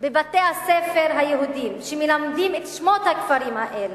בבתי-הספר היהודיים שמלמדים בה את שמות הכפרים האלה?